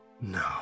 no